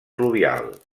fluvial